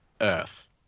Earth